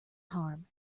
harm